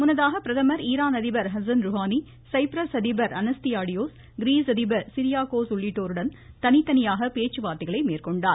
முன்னதாக பிரதமா ஈரான் அதிபா் ஹசன் ருஹானி சைப்ரஸ் அதிபா் அனஸ்தியாடியோஸ் கிரீஸ் அதிபர் சிரியா கோர்ஸ் உள்ளிட்டோருடன் தனித்தனியாக பேச்சுவார்த்தைகளை மேற்கொண்டார்